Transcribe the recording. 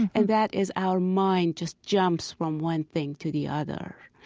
and that is our mind just jumps from one thing to the other.